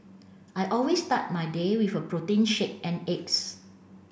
I always start my day with a protein shake and eggs